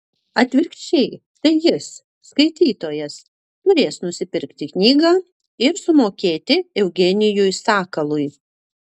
atvirkščiai tai jis skaitytojas turės nusipirkti knygą ir sumokėti eugenijui sakalui